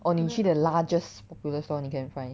or 你去 the largest Popular store 你 can find